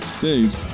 Dude